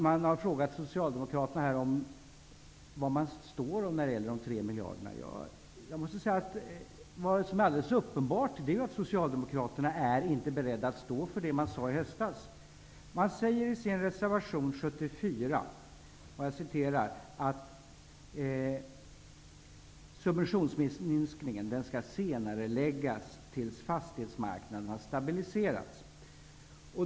Man har frågat Socialdemokraterna var de står i fråga om de 3 miljarderna. Alldeles uppenbart är att Socialdemokraterna inte är beredda att stå för vad de sade i höstas. De skriver i reservation 74 att den tilltänkta subventionsminskningen skall senareläggas ''tills fastighetsmarknaden har stabiliserats''.